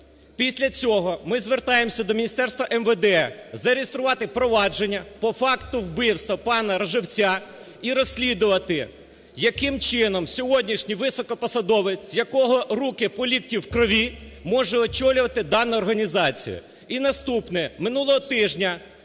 Після цього ми звертаємося до Міністерства… МВД зареєструвати провадження по факту вбивства пана Роживця і розслідувати, яким чином сьогоднішній високопосадовець, в якого руки по лікті у крові, може очолювати дану організацію.